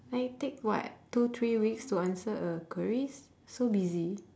like take what two three weeks to answer a queries so busy